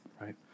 right